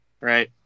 Right